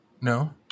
No